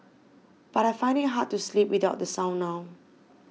but I find it hard to sleep without the sound now